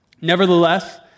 Nevertheless